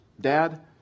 Dad